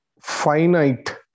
finite